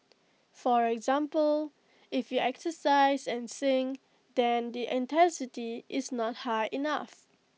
for example if you exercise and sing then the intensity is not high enough